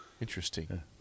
Interesting